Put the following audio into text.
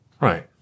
Right